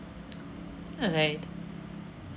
ah right